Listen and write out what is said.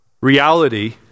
reality